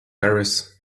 harris